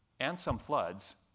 and some floods,